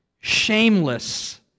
shameless